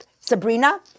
Sabrina